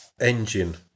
engine